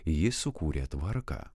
jis sukūrė tvarką